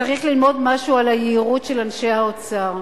צריך ללמוד משהו על היהירות של אנשי האוצר.